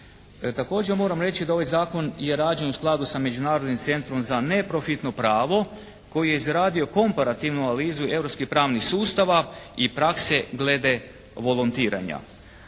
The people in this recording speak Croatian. Također moram reći da ovaj zakon je rađen u skladu sa Međunarodnim centrom za neprofitno pravo koji je izradio komparativnu analizu europskih pravnih sustava i prakse glede volontiranja.